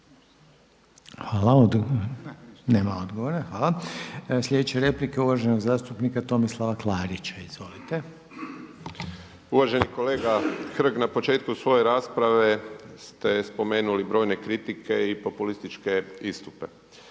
Hvala. Nema odgovora, hvala. Slijedeća replika je uvaženog zastupnika Tomislava Klarića. Izvolite. **Klarić, Tomislav (HDZ)** Uvaženi kolega Hrg na početku svoje rasprave ste spomenuli brojne kritike i populističke istupe.